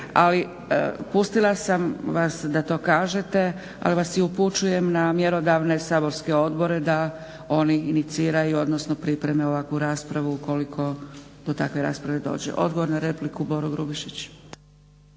ali pustila sam vas da to kažete. Ali vas i upućujem na mjerodavne saborske odbore da oni iniciraju, odnosno pripreme ovakvu raspravu ukoliko do takve rasprave dođe. Odgovor na repliku, Boro Grubišić.